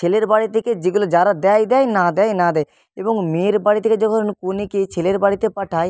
আর ছেলের বাড়িতে যেগুলো যারা দেয় দেয় না দেয় না দেয় এবং মেয়ের বাড়ি থেকে যখন কনেকে ছেলের বাড়িতে পাঠায়